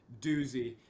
Doozy